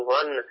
one